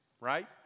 right